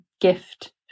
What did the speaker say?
gift